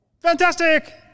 Fantastic